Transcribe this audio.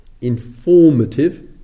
informative